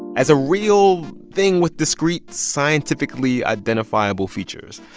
as a real thing with discrete, scientifically identifiable features.